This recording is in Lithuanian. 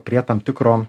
prie tam tikro